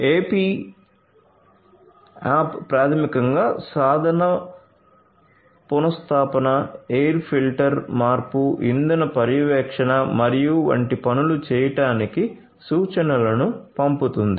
AP app ప్రాథమికంగా సాధన పునస్థాపన ఎయిర్ ఫిల్టర్ మార్పు ఇంధన పర్యవేక్షణ మరియు వంటి పనులను చేయడానికి సూచనలను పంపుతుంది